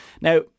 Now